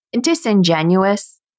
disingenuous